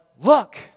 look